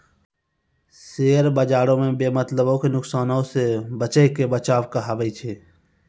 share बजारो मे बेमतलबो के नुकसानो से बचैये के बचाव कहाबै छै